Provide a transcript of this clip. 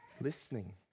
listening